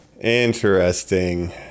Interesting